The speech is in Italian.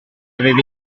aveva